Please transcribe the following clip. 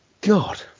god